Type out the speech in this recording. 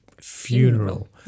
funeral